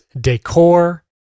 decor